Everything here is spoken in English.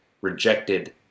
rejected